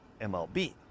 MLB